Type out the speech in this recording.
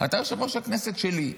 אתה יושב-ראש הכנסת שלי.